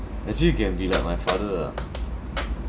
actually you can be like my father ah